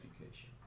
education